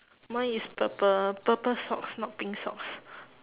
mine is purple purple socks not pink socks